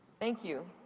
thank you.